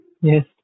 Yes